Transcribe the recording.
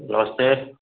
नमस्ते